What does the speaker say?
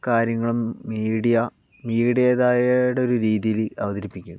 കാര്യങ്ങളും മീഡിയ മീഡിയയുടേതായ ഒരു രീതിയിൽ അവതരിപ്പിക്കും